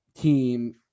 team